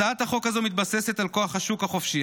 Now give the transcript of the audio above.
הצעת החוק הזו מתבססת על כוח השוק החופשי.